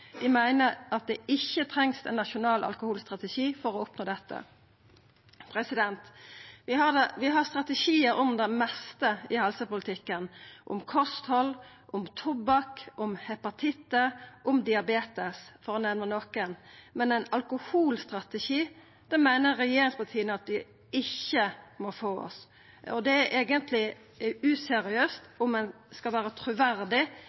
meiner at det ikkje trengst ein nasjonal alkoholstrategi for å oppnå dette. Vi har strategiar for det meste i helsepolitikken, for kosthald, for tobakk, for hepatitt, for diabetes – for å nemna noko. Men ein alkoholstrategi meiner regjeringspartia at vi ikkje må få oss. Det er eigentleg useriøst om ein skal vera truverdig